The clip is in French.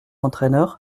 entraineur